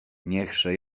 niechże